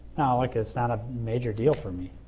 like it's not a major deal for me